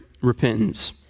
repentance